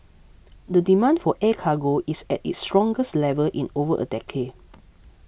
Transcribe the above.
the demand for air cargo is at its strongest level in over a decade